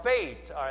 faith